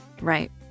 Right